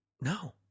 No